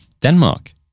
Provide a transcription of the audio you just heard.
Denmark